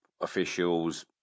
officials